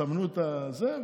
תסמנו את זה,